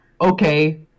okay